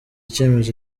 cyemezo